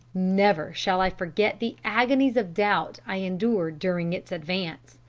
never shall i forget the agonies of doubt i endured during its advance.